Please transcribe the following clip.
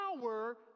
power